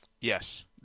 Yes